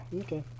okay